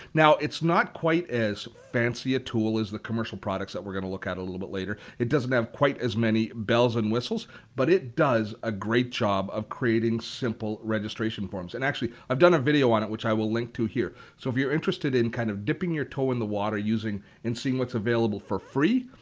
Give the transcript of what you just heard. now it's not quite as fancy a tool as the commercial products that we're going to look at a little bit later. it doesn't have quite as many bells and whistles but it does a great job of creating simple registration forms. and actually, i've done a video on it which i will link to here. so if you're interested in kind of dipping your toe in the water, using and seeing what's available for free,